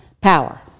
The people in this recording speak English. power